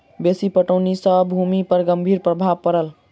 बेसी पटौनी सॅ भूमि पर गंभीर प्रभाव पड़ल